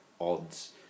odds